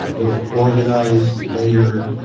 ah in an organized, layered,